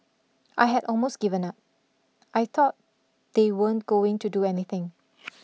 I had almost given up I thought they weren't going to do anything